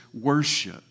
worship